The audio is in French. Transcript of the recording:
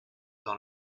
dans